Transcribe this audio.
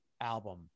album